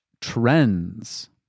trends